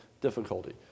difficulty